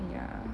ya